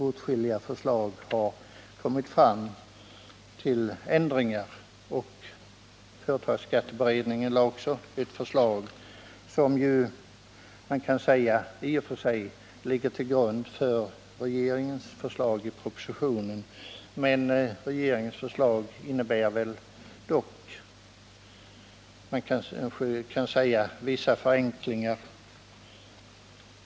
Åtskilliga förslag till ändringar har kommit, och företagsskatteberedningen lade också fram ett förslag, som i och för sig ligger till grund för regeringens förslag i propositionen, även om detta väl innebär vissa förenklingar.